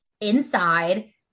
inside